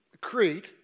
Crete